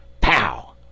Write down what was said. Pow